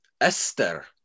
Esther